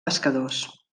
pescadors